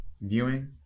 viewing